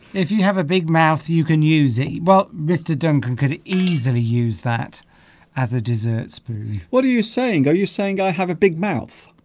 if you have a big mouth you can use it well mr. duncan could easily use that as a dessert spoon what are you saying are you saying i have a big mouth